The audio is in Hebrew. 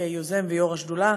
כיוזם ויו"ר השדולה,